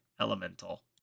Elemental